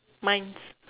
mine is